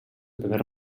primer